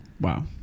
wow